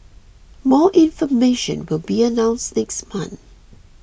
more information will be announced next month